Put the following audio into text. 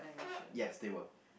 yes they were